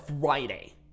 Friday